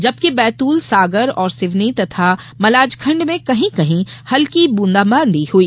जबकि बैतूल सागर और सिवनी तथा मलाजखंड में कहीं कहीं हल्की बूंदाबांदी हुई